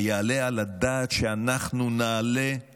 היעלה על הדעת שאנחנו נעלה את משך